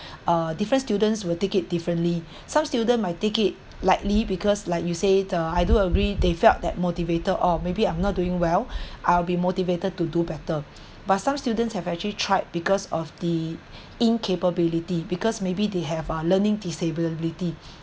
uh different students will take it differently some student might take it lightly because like you say the I do agree they felt that motivated oh maybe I'm not doing well I'll be motivated to do better but some students have actually tried because of the incapability because maybe they have uh learning disability